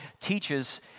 teaches